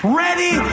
ready